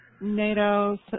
NATO